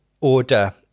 order